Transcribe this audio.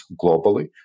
globally